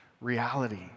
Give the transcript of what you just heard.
reality